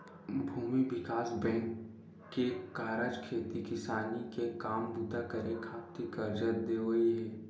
भूमि बिकास बेंक के कारज खेती किसानी के काम बूता करे खातिर करजा देवई हे